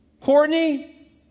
Courtney